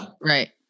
Right